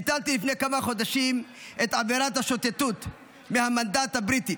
ביטלתי לפני כמה חודשים את עבירת השוטטות מהמנדט הבריטי,